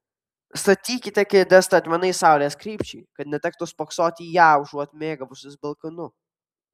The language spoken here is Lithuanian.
statykite kėdes statmenai saulės krypčiai kad netektų spoksoti į ją užuot mėgavusis balkonu